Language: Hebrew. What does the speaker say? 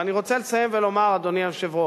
ואני רוצה לסיים ולומר, אדוני היושב-ראש,